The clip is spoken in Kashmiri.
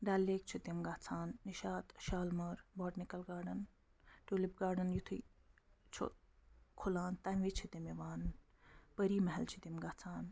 ڈَل لیک چھِ تِم گژھان Nishat Shalimar botanical garden tulip garden یُتھٕے چھُ کھُلان تَمہِ وِزِ چھِ تِم یِوان پری محل چھِ تِم گژھان